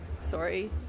Sorry